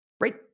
right